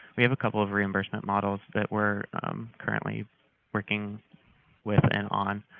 we have a couple of reimbursement models that we're currently working with and on.